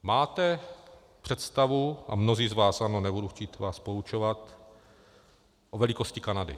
Máte představu, a mnozí z vás ano, nebudu chtít vás poučovat, o velikosti Kanady.